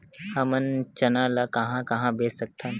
हमन चना ल कहां कहा बेच सकथन?